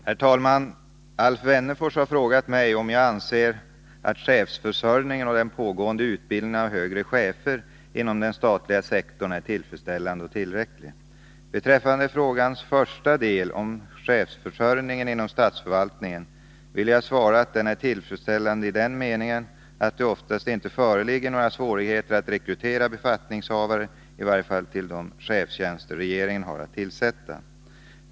Herr talman! Alf Wennerfors har frågat mig om jag anser att chefsförsörjningen och den pågående utbildningen av högre chefer inom den statliga sektorn är tillfredsställande och tillräcklig. Beträffande frågans första del om chefsförsörjningen inom statsförvaltningen vill jag svara att den är tillfredsställande i den meningen att det oftast inte föreligger några svårigheter att rekrytera befattningshavare, i varje fall de chefstjänster regeringen har att tillsätta.